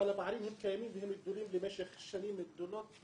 אבל הפערים קיימים והם גדולים במשך שנים רבות.